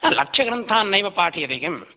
लक्ष्यग्रन्थान् नैव पाठयति किं